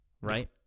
right